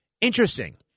Interesting